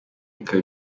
ikaba